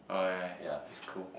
oh yeah yeah yeah he's cool